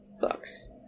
books